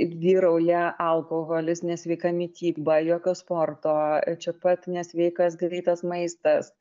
vyrauja alkoholis nesveika mityba jokio sporto čia pat nesveikas greitas maistas